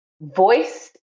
voice